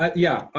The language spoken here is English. ah yeah,